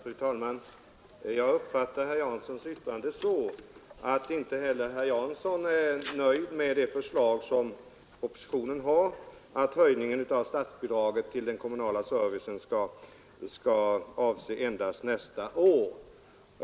Fru talman! Jag uppfattar herr Janssons yttrande så att inte heller herr Jansson är nöjd med regeringens förslag att höjningen av statsbidraget till den kommunala servicen skall avse endast nästa år.